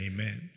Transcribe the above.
Amen